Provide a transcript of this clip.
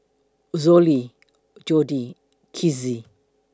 Zollie Jordy Kizzy